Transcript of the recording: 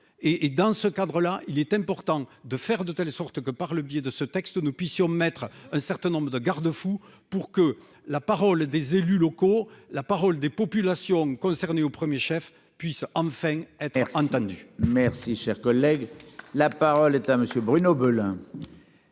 et, dans ce cadre-là, il est important de faire de telle sorte que par le biais de ce texte, nous puissions mettre un certain nombre de garde-fous pour que la parole des élus locaux, la parole des populations concernées au 1er chef puisse enfin être entendus. Merci, cher collègue, la parole est à monsieur Bruno Belin.